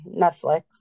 netflix